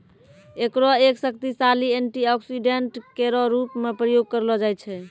एकरो एक शक्तिशाली एंटीऑक्सीडेंट केरो रूप म प्रयोग करलो जाय छै